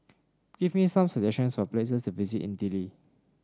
give me some suggestions for places to visit in Dili